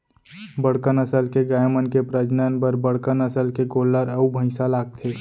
बड़का नसल के गाय मन के प्रजनन बर बड़का नसल के गोल्लर अउ भईंसा लागथे